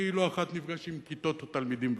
אני לא אחת נפגש עם כיתות תלמידים בבתי-ספר,